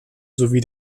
sowie